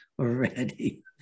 already